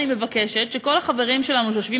אני מבקשת שכל החברים שלנו שיושבים